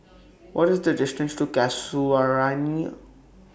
What IS The distance to Casuarina